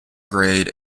grade